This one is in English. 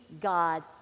God